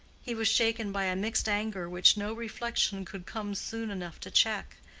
he was shaken by a mixed anger which no reflection could come soon enough to check,